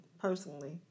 personally